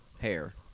hair